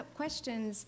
questions